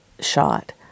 shot